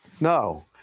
No